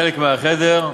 חלק בחדר.